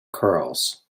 curls